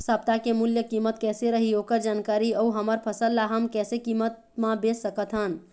सप्ता के मूल्य कीमत कैसे रही ओकर जानकारी अऊ हमर फसल ला हम कैसे कीमत मा बेच सकत हन?